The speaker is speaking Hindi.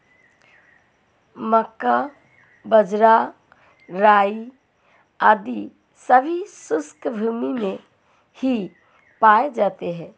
मक्का, बाजरा, राई आदि सभी शुष्क भूमी में ही पाए जाते हैं